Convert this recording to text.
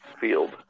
field